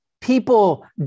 People